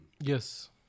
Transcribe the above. Yes